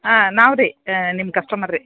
ಹಾಂ ನಾವು ರೀ ನಿಮ್ಮ ಕಸ್ಟಮರ್ ರೀ